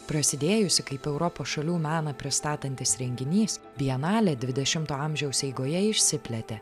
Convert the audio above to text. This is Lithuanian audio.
prasidėjusi kaip europos šalių meną pristatantis renginys bienalė dvidešimto amžiaus eigoje išsiplėtė